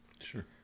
sure